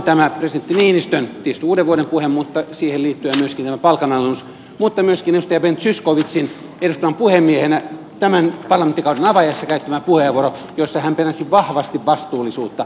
on tietysti tämä presidentti niinistön uudenvuodenpuhe ja siihen liittyen myöskin tämä palkanalennus mutta myöskin edustaja ben zyskowiczin eduskunnan puhemiehenä tämän parlamenttikauden avajaisissa käyttämä puheenvuoro jossa hän penäsi vahvasti vastuullisuutta